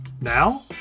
Now